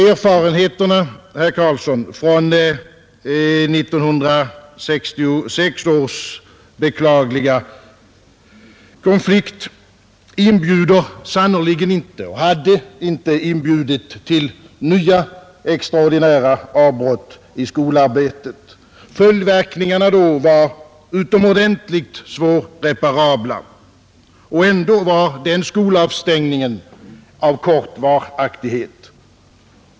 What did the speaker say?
Erfarenheterna, herr Carlsson, från 1966 års beklagliga konflikt inbjuder sannerligen inte och hade inte inbjudit till nya extraordinära avbrott i skolarbetet. Följdverkningarna då var utomordentligt svårreparabla, och ändå var den skolavstängningen av kort varaktighet.